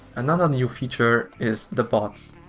another new feature is the bots.